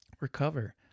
recover